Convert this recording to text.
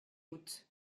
août